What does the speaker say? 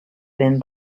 been